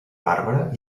bàrbara